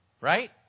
Right